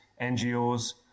NGOs